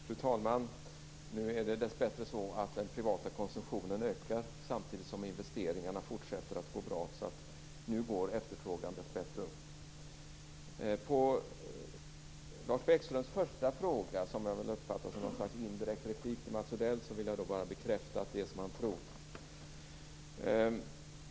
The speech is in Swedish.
Fru talman! Nu är det dessbättre så att den privata konsumtionen ökar, samtidigt som investeringarna fortsätter att går bra. Nu går efterfrågan desto bättre. Lars Bäckströms fråga uppfattade jag som något slags indirekt replik där man vill få bekräftat det som man tror.